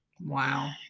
Wow